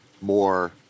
more